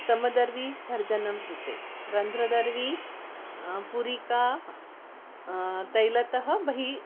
समदर्वी भर्जनं कृते रन्ध्रदर्वी पूरिका तैलतः बहिः